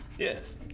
Yes